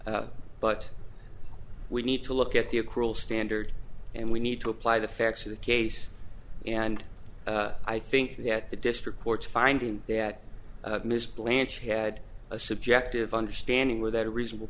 honor but we need to look at the accrual standard and we need to apply the facts of the case and i think that the district court's finding that miss blanche had a subjective understanding without a reasonable